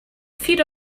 feet